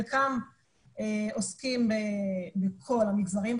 חלקם עוסקים בכל המגזרים,